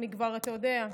אתה יודע,